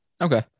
okay